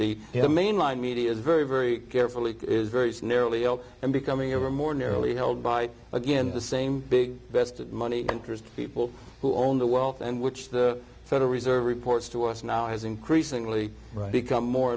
the mainline media is very very carefully very nearly and becoming ever more narrowly held by again the same big best of money interest people who own the wealth and which the federal reserve reports to us now is increasingly become more